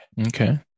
Okay